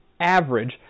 average